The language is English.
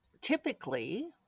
typically